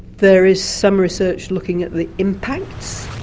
there is some research looking at the impacts,